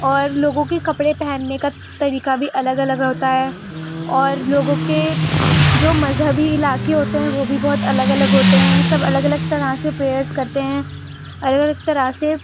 اور لوگوں کے کپڑے پہننے کا طریقہ بھی الگ الگ ہوتا ہے اور لوگوں کے جو مذہبی علاقے ہوتے ہیں وہ بھی بہت الگ الگ ہوتے ہیں سب الگ الگ طرح سے پریئرس کرتے ہیں الگ الگ طرح سے